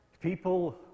people